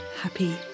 happy